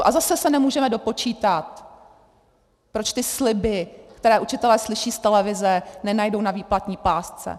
A zase se nemůžeme dopočítat, proč ty sliby, které učitelé slyší z televize, nenajdou na výplatní pásce.